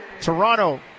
toronto